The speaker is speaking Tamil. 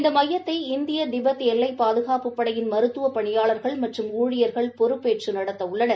இந்தமையத்தை இந்திய திபெத் எல்லைபாதுகாப்புப் படையின் மருத்துவப் பணியாளர்கள் மற்றும் ஊழியர்கள் பொறுப்பேற்றுநடத்திவுள்ளனர்